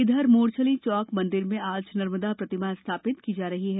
इधर मोरछली चौक मंदिर में आज नर्मदा प्रतिमा स्थापित की जा रही है